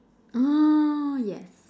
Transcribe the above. oh yes